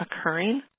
occurring